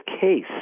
case